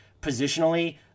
positionally